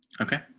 okay.